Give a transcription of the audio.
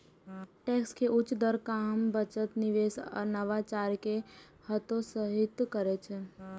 tax के उच्च दर काम, बचत, निवेश आ नवाचार कें हतोत्साहित करै छै